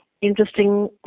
interesting